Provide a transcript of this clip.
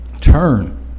turn